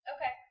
Okay